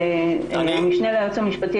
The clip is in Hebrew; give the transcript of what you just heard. המשנה ליועץ המשפטי